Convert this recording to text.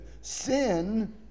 Sin